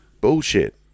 Bullshit